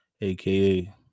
aka